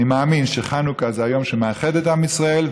אני מאמין שחנוכה זה היום שמאחד את עם ישראל,